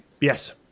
Yes